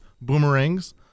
Boomerangs